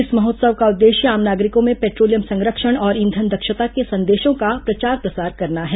इस महोत्सव का उद्देश्य आम नागरिकों में पेट्रोलियम संरक्षण और ईंधन दक्षता के संदेशों का प्रचार प्रसार करना है